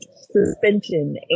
suspension